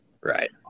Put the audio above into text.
Right